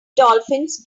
dolphins